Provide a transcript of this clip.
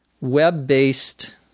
web-based